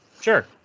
sure